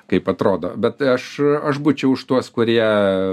kaip atrodo bet aš aš būčiau už tuos kurie